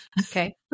Okay